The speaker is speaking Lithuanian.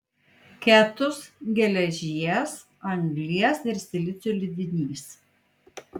ketus geležies anglies ir silicio lydinys